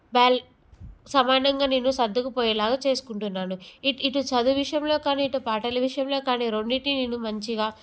బ్యాల్ సమానంగా నేను సర్దుకుపోయేలాగా చేసుకుంటున్నాను ఇట్ ఇటు చదువు విషయంలో కానీ పాటల విషయంలో కానీ రెండింటిని నేను మంచిగా